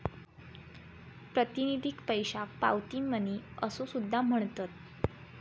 प्रातिनिधिक पैशाक पावती मनी असो सुद्धा म्हणतत